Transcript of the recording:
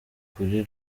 kuri